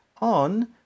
on